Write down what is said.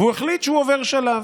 והוא החליט שהוא עובר שלב.